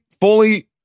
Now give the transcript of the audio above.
fully